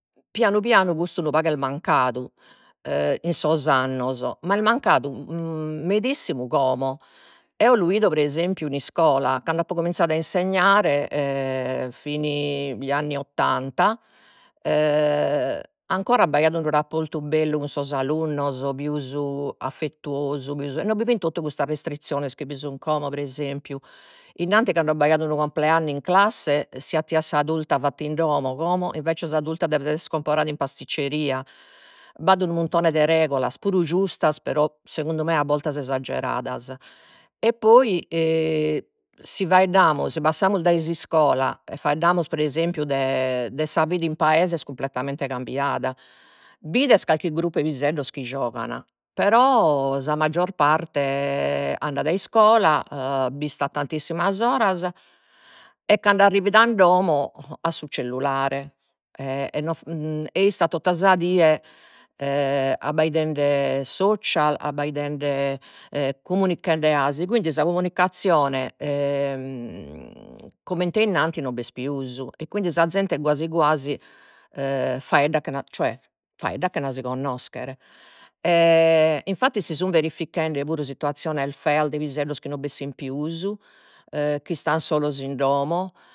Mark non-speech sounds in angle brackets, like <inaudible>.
Pianu pianu custu unu pagu est mancadu, e in sos annos ma est mancadu <hesitation> medissimu como, eo lu 'ido pre esempiu in iscola, cando apo cominzadu a insegnare <hesitation> fin gli anni ottanta, <hesitation> ancora b'aiat unu rapportu bellu cun sos alunnos, pius affettuosu, non bi fin totu custas restrizziones chi bi sun como pre esempiu, innanti cando b'aiat unu cumpleannu in classe si attiat sa turta fatta in domo, como invece sa turta devet essere comporada in pasticceria, b'at unu muntone de regulas puru giustas però segundu me a bortas esageradas, e poi <hesitation> si faeddamus, si passamus dai s'iscola e faeddamus pre esempiu de de sa vida in paese est cumpletamente cambiada, bides calchi gruppu 'e piseddos chi giogan, però sa maggior parte <hesitation> andat a iscola <hesitation> b'istat tantissimas oras e cando arrivit a domo at su cellulare, e e no <hesitation> e istat tota sa die <hesitation> abbaidende social, abbaidende e comunichende asi, quindi sa comunicazione <hesitation> comente innanti non b'est pius, e quindi sa zente guasu guasi <hesitation> faeddat chena, cioè faeddat chena si connoschere <hesitation> infatti si sun verifichende puru situaziones feas de piseddos chi non bessin pius e chi 'istan solos in domo